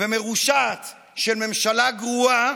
ומרושעת של ממשלה גרועה,